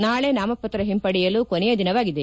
ನಾಳೆ ನಾಮಪತ್ರ ಒಂಪಡೆಯಲು ಕೊನೆಯ ದಿನವಾಗಿದೆ